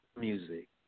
music